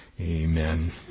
Amen